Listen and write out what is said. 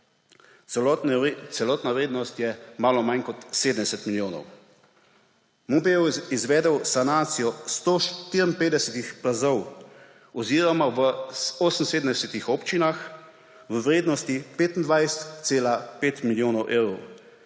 Celotna vrednost je malo manj kot 70 milijonov. MOP je izvedel sanacijo 154 plazov oziroma v 78 občinah v vrednosti 25,5 milijona evrov.